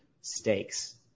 stakes